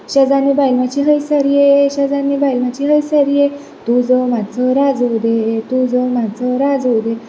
शेजान्नी बायलांचे हय सर ये शेजान्नी बायलांचे हय सर ये तुजो मात्सो राजू घे तुजो मात्सो राजू घे